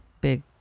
big